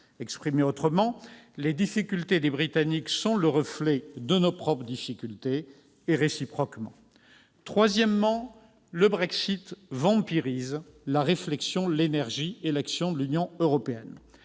Exprimé autrement : les difficultés des Britanniques sont le reflet de nos propres difficultés, et réciproquement. Troisièmement, le Brexit vampirise la réflexion, l'énergie et l'action de l'Union européenne.